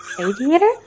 Aviator